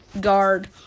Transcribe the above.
guard